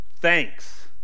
Thanks